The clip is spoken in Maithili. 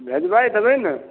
भेजबाय देबै ने